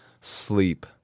sleep